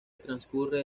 transcurre